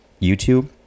YouTube